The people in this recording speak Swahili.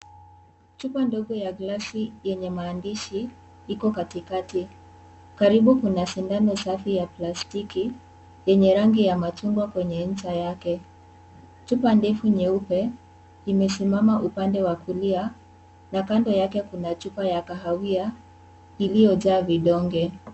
Chupa ndogo ya glasi yenye maandishi, iko katikati. Karibu kuna sindano safi ya plastiki, yenye rangi ya machungwa kwenye ncha yake. Chupa ndefu nyeupe, imesimama upande wa kulia na kando yake kuna chupa ya kahawia, iliyojaa vidonge.